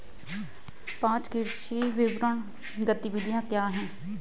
पाँच कृषि विपणन गतिविधियाँ क्या हैं?